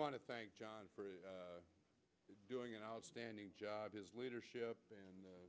want to thank john doing an outstanding job his leadership and the